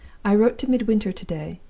i wrote to midwinter to-day,